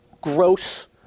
gross